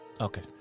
Okay